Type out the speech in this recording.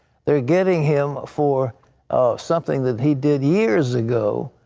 they're getting him for something that he did years ago.